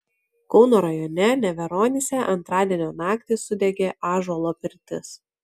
kauno rajone neveronyse antradienio naktį sudegė ąžuolo pirtis